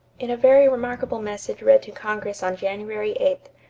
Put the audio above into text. in a very remarkable message read to congress on january eight,